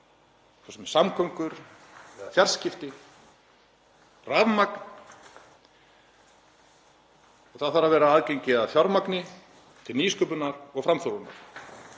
svo sem samgöngur, fjarskipti, rafmagn og það þarf að vera aðgengi að fjármagni til nýsköpunar og framþróunar.